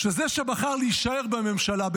שזה שבחר להישאר בממשלה,